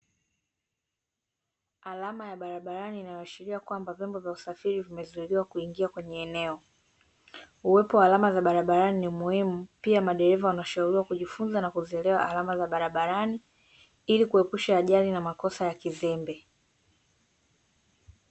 Alama ya barabarani inayoashiria kwamba vyombo vya usafiri vimezuiliwa kuingia kwenye eneo. Uwepo wa alama za barabarani ni muhimu, pia madereva wanashauriwa kujifunza na kuzielewa alama za barabarani, ili kuepusha ajali na makosa ya kizembe.